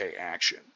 action